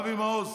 אבי מעוז.